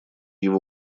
его